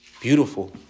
Beautiful